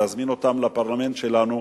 להזמין אותם לפרלמנט שלנו.